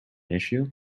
issue